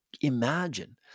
Imagine